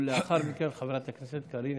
לאחר מכן, חברת הכנסת קארין